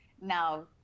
Now